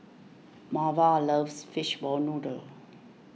Marva loves Fishball Noodle